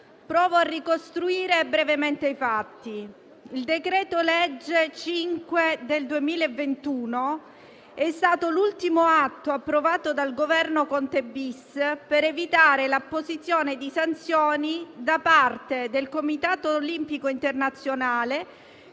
Provo a ricostruire brevemente i fatti. Il decreto-legge n. 5 del 2021 è stato l'ultimo atto approvato dal Governo Conte-*bis* per evitare l'apposizione di sanzioni da parte del Comitato olimpico internazionale